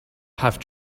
have